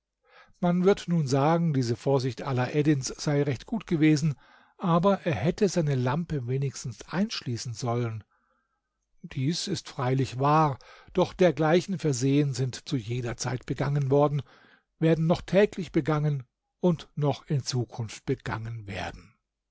man wird nun sagen diese vorsicht alaeddins sei recht gut gewesen aber er hätte seine lampe wenigstens einschließen sollen dies ist freilich wahr doch dergleichen versehen sind zu jeder zeit begangen worden werden noch täglich begangen und noch in zukunft begangen werden